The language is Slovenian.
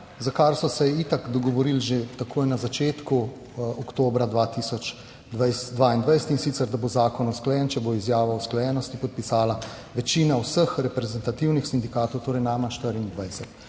za kar so se itak dogovorili že takoj na začetku, oktobra 2020, 2022, in sicer, da bo zakon usklajen, če bo izjavo o usklajenosti podpisala večina vseh reprezentativnih sindikatov, torej najmanj 24.